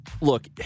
Look